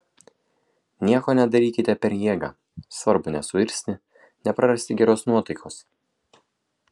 nieko nedarykite per jėgą svarbu nesuirzti neprarasti geros nuotaikos